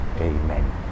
Amen